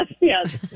yes